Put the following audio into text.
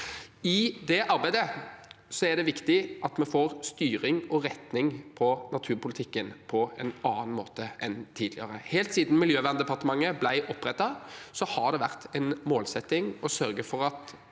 I det arbeidet er det viktig at vi får styring og retning på naturpolitikken på en annen måte enn tidligere. Helt siden Miljøverndepartementet ble opprettet, har det vært en målsetting å sørge for at